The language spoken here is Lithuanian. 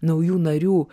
naujų narių